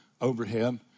overhead